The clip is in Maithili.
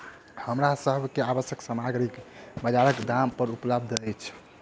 हमरा सभ के आवश्यक सामग्री बजारक दाम पर उपलबध अछि